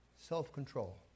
self-control